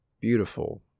beautiful